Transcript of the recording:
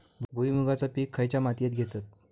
भुईमुगाचा पीक खयच्या मातीत घेतत?